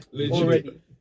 already